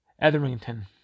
Etherington